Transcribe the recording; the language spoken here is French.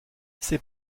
ses